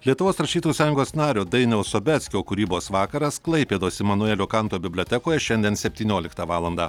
lietuvos rašytojų sąjungos nario dainiaus sobeckio kūrybos vakaras klaipėdos imanuelio kanto bibliotekoje šiandien septynioliktą valandą